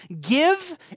Give